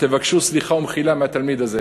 תבקשו סליחה ומחילה מהתלמיד הזה.